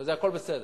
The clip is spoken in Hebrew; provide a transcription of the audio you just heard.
והכול בסדר.